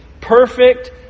perfect